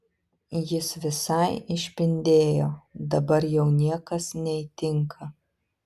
jis visai išpindėjo dabar jau niekas neįtinka